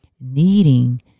needing